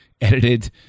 edited